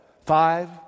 five